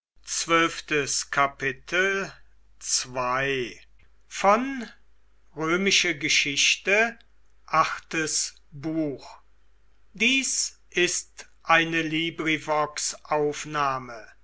sind ist eine